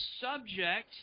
subject